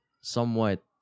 somewhat